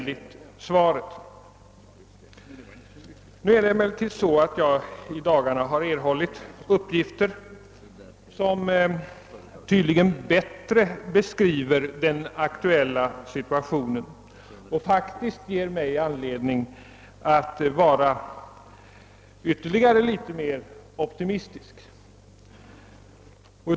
Jag har i dagarna erhållit uppgifter som tydligen bättre beskriver den aktuella situationen och som faktiskt ger mig anledning att vara ytterligare något mera optimistisk.